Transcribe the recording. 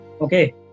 Okay